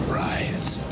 riots